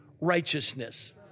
righteousness